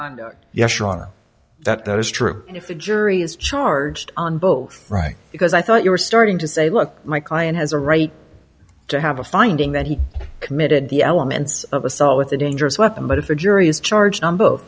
yes yes shawna that is true if a jury is charged on both right because i thought you were starting to say look my client has a right to have a finding that he committed the elements of assault with a dangerous weapon but if the jury is charged on both